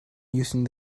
using